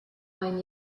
ein